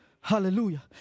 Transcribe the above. Hallelujah